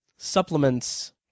Supplements